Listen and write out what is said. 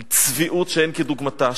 עם צביעות שאין כדוגמתה,